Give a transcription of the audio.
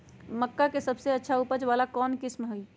मक्का के सबसे अच्छा उपज वाला कौन किस्म होई?